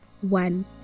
one